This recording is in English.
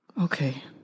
Okay